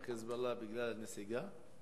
"חיזבאללה" בגלל הנסיגה?